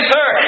Sir